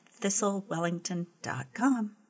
ThistleWellington.com